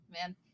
man